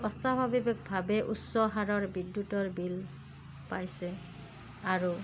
অস্বাৱাভিকভাৱে উচ্চ হাৰৰ বিদ্যুতৰ বিল পাইছে আৰু